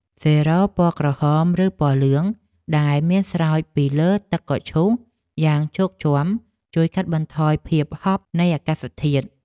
សេរ៉ូពណ៌ក្រហមឬពណ៌ខៀវដែលស្រោចពីលើទឹកកកឈូសយ៉ាងជោកជាំជួយកាត់បន្ថយភាពហប់នៃអាកាសធាតុ។